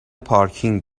پارکینگ